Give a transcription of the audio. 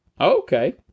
Okay